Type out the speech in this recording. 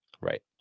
Right